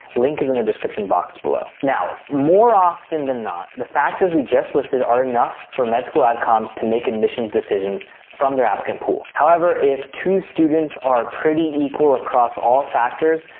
link is in the description box below. now more often than not, the factors we just listed are enough for med school outcomes to make admissions decisions from their applicant pool. however, if two students are pretty equal across all factors,